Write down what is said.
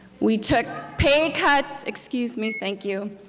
we took pay cuts excuse me, thank you.